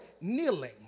kneeling